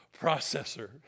processor